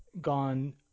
gone